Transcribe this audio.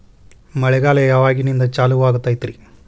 ಮಳೆಗಾಲ ಯಾವಾಗಿನಿಂದ ಚಾಲುವಾಗತೈತರಿ?